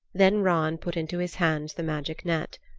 then ran put into his hands the magic net.